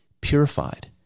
purified